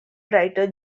writer